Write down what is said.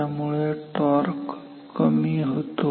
त्यामुळे टॉर्क कमी होतो